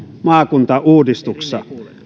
maakuntauudistuksessa